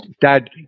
dad